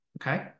Okay